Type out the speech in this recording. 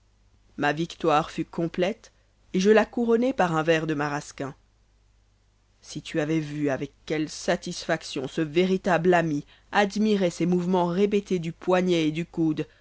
ma victoire fut complète et je la couronnai par un verre de maraskin si tu avais vu avec quelle satisfaction ce véritable ami admirait ces mouvemens répétés du poignet et du coude